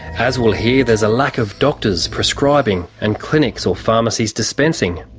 as we'll hear, there's a lack of doctors prescribing and clinics or pharmacies dispensing.